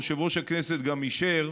יושב-ראש הכנסת גם אישר,